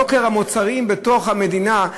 יוקר המוצרים במדינה,